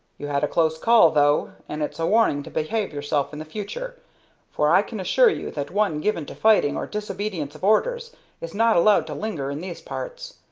you had a close call, though, and it's a warning to behave yourself in the future for i can assure you that one given to fighting or disobedience of orders is not allowed to linger in these parts.